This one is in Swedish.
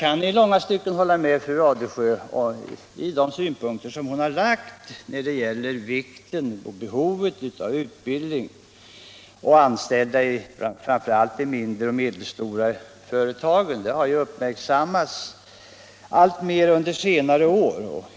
I långa stycken kan jag hålla med fru Radesjö om vikten och behovet av utbildning, framför allt när det gäller anställda i de mindre och medelstora företagen. Under senare år har ju detta behov alltmer blivit uppmärksammat.